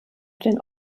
den